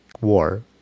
war